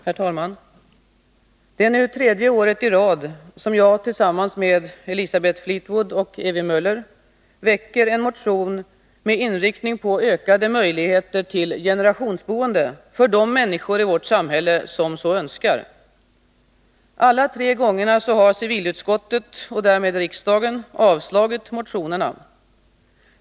Herr talman! Det är nu tredje året i rad som jag tillsammans med Elisabeth Fleetwood och Ewy Möller väcker en motion med inriktning på ökade möjligheter till generationsboende för de människor i vårt samhälle som så önskar. Alla tre gångerna har civilutskottet avstyrkt och riksdagen därmed avslagit motionerna.